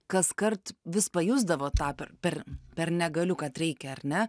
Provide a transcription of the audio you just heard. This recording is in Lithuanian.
kaskart vis pajusdavot tą per per per negaliu kad reikia ar ne